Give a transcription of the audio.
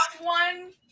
one